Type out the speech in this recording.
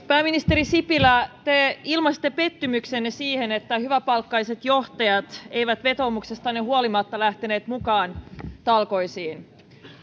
pääministeri sipilä te ilmaisitte pettymyksenne siihen että hyväpalkkaiset johtajat eivät vetoomuksestanne huolimatta lähteneet mukaan talkoisiin